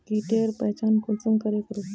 कीटेर पहचान कुंसम करे करूम?